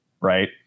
right